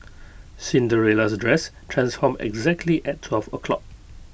Cinderella's dress transformed exactly at twelve o' clock